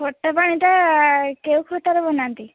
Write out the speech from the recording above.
ଖଟା ପାଣିଟା କେଉଁ ଖଟାରେ ବନାନ୍ତି